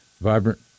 vibrant